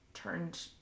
turned